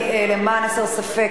למען הסר ספק,